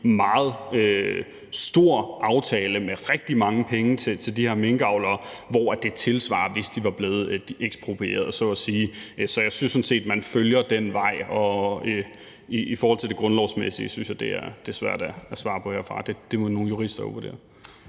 meget stor aftale med rigtig mange penge til de her minkavlere, som svarer til, at de var blevet eksproprieret. Så jeg synes sådan set, at man følger den vej. Hvad angår det grundlovsmæssige, synes jeg, det er svært at svare på herfra – det må nogle jurister vurdere.